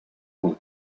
pel